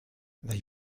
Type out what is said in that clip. they